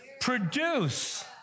Produce